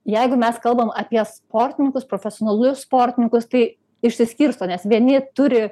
jeigu mes kalbam apie sportininkus profesionalus sportininkus tai išsiskirsto nes vieni turi